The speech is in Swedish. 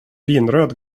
vinröd